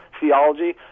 theology